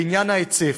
בעניין ההיצף,